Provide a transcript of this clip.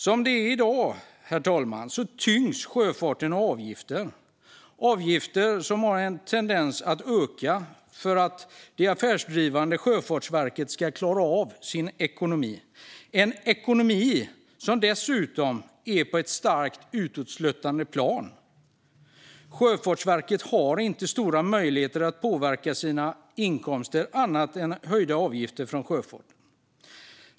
Som det är i dag, herr talman, tyngs sjöfarten av avgifter, som har en tendens att öka för att det affärsdrivande Sjöfartsverket ska klara sin ekonomi - en ekonomi som dessutom är på ett starkt sluttande plan. Sjöfartsverket har inte stora möjligheter att påverka sina inkomster annat än genom höjda avgifter för sjöfarten.